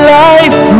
life